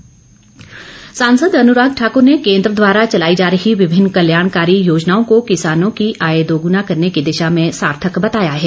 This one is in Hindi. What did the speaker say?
अनुराग सांसद अनुराग ठाक्र ने केन्द्र द्वारा चलाई जा रही विभिन्न कल्याणकारी योजनाओं को किसानों की आय दोग्ना करने की दिशा में सार्थक बताया है